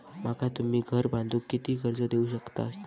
माका तुम्ही घर बांधूक किती कर्ज देवू शकतास?